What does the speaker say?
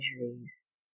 injuries